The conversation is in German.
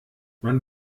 man